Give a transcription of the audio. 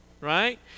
right